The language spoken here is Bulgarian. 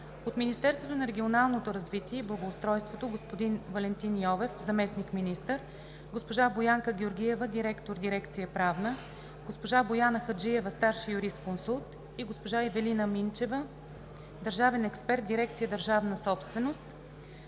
от Министерството на регионалното развитие и благоустройството – господин Валентин Йовев – заместник министър, госпожа Боянка Георгиева – директор дирекция „Правна“, госпожа Бояна Хаджиева – старши юрисконсулт, и госпожа Ивелина Минчева – държавен експерт в дирекция „Държавна собственост“,